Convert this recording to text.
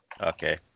Okay